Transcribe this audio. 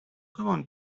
common